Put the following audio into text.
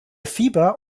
fieber